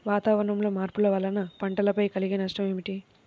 వాతావరణంలో మార్పుల వలన పంటలపై కలిగే నష్టం ఏమిటీ?